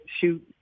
shoot